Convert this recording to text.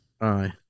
Aye